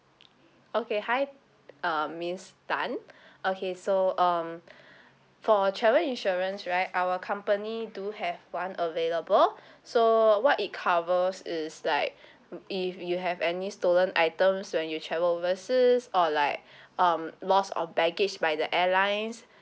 okay hi uh miss tan okay so um for travel insurance right our company do have one available so what it covers is like if you have any stolen items when you travel overseas or like um loss of baggage by the airlines